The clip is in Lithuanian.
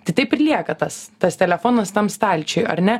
tai taip ir lieka tas tas telefonas tam stalčiui ar ne